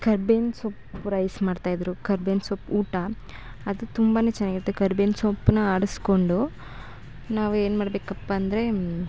ಕರ್ಬೇವಿನ ಸೊಪ್ಪು ರೈಸ್ ಮಾಡ್ತಾಯಿದ್ರು ಕರ್ಬೇವಿನ ಸೊಪ್ಪು ಊಟ ಅದು ತುಂಬಾ ಚೆನ್ನಾಗಿರುತ್ತೆ ಕರ್ಬೇವಿನ ಸೊಪ್ಪನ್ನು ಆಡಿಸ್ಕೊಂಡು ನಾವು ಏನು ಮಾಡ್ಬೇಕಪ್ಪ ಅಂದರೆ